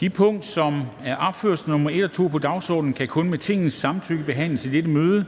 De punkter, der er opført som nr. 1 og 2 på dagsordenen, kan kun med Tingets samtykke behandles i dette møde,